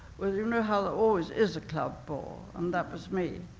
well, you know how there always is a club bore, and that was me.